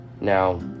Now